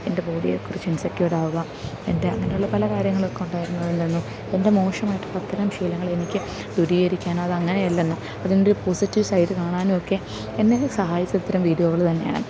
എൻ്റെ ബോഡിയെക്കുറിച്ച് ഇൻസെക്യൂർഡ് ആകുക എൻ്റെ അങ്ങനെയുള്ള പല കാര്യങ്ങളും ഒക്കെ ഉണ്ടായിരുന്നതിൽ നിന്ന് എൻ്റെ മോശമായിട്ടുള്ള അത്തരം ശീലങ്ങൾ എനിക്ക് ദൂരീകരിക്കാൻ അതങ്ങനെയല്ലെന്ന് അതിൻ്റെ പോസിറ്റീവ് സൈഡ് കാണാനും ഒക്കെ എന്നെ സഹായിച്ചത് ഇത്തരം വീഡിയോകൾ തന്നെയാണ്